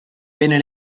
bene